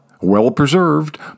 well-preserved